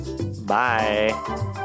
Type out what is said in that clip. bye